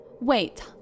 Wait